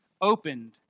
opened